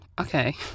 okay